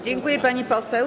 Dziękuję, pani poseł.